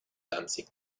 danzig